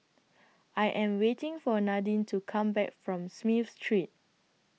I Am waiting For Nadine to Come Back from Smith Street